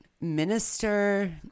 Minister